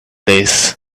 this